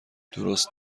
درست